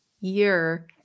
year